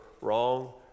wrong